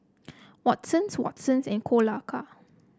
Watsons Watsons and Kolaka